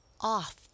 off